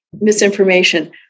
misinformation